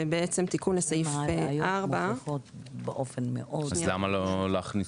זה בעצם תיקון לסעיף 4. אז למה לא להכניס